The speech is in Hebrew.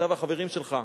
אתה והחברים שלך.